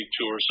Tour